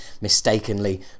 mistakenly